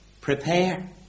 Prepare